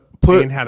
put